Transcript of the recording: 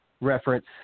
reference